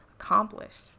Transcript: accomplished